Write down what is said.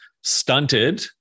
stunted